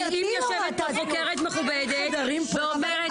אם יושבת פה חוקרת מכובדת ואומרת